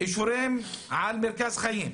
אישורים על מרכז חיים,